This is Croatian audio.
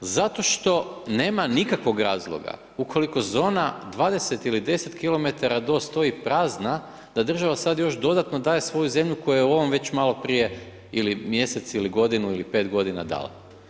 Zato što nema nikakvog razloga ukoliko zona 20 ili 10 kilometara do 100 stoji prazna da država sad još dodatno daje svoju zemlju koja je u ovom već maloprije ili mjesec, ili godinu ili 5 godina dala.